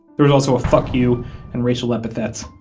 there was also a fuck you and racial epithets,